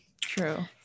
True